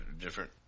different